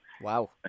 wow